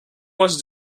was